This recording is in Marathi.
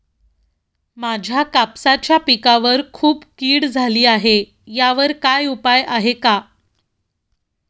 माझ्या कापसाच्या पिकावर खूप कीड झाली आहे यावर काय उपाय आहे का?